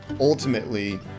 ultimately